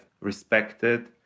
respected